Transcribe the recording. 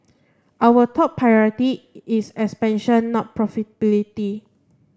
our top priority is expansion not profitability